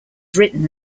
written